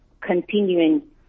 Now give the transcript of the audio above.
continuing